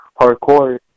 hardcore